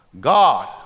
God